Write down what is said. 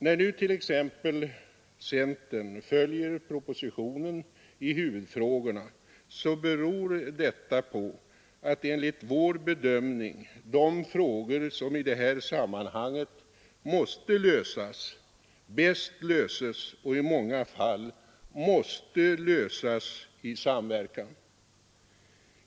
När nu t.ex. centern följer propositionen i huvudfrågorna, så beror detta på att enligt vår bedömning av de frågor som i det här sammanhanget måste lösa dessa bäst löses — och i många fall måste lösas — i samverkan.